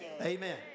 Amen